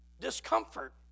discomfort